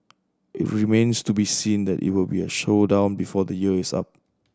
it remains to be seen that if will be a showdown before the year is up